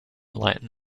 latin